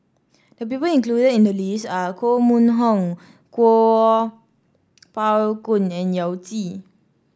the people included in the list are Koh Mun Hong Kuo Pao Kun and Yao Zi